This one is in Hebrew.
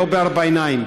לא בארבע עיניים.